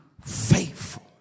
faithful